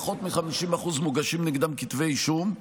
נגד פחות מ-50% מוגשים כתבי אישום,